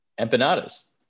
empanadas